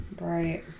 Right